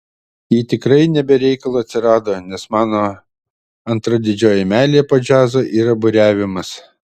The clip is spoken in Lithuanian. ji tikrai ne be reikalo atsirado nes mano antra didžioji meilė po džiazo yra buriavimas